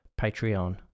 Patreon